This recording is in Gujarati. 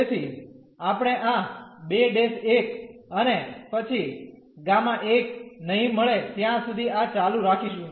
તેથી આપણે આ 2 1 અને પછી Γ નહીં મળે ત્યાં સુધી આ ચાલુ રાખીશું